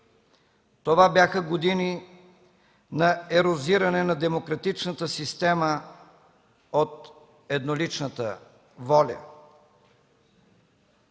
Това бяха години на ерозиране на демократичната система от едноличната воля.